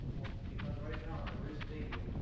well, because right now, there is digging.